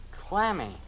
clammy